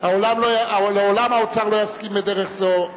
האוצר לעולם לא יסכים לדרך זו.